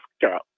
girl